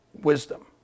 wisdom